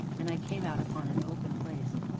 and i came out upon an open place.